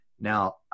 now